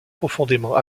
profondément